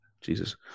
Jesus